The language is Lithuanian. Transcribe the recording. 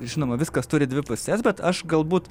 žinoma viskas turi dvi puses bet aš galbūt